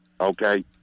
okay